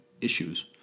issues